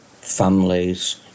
families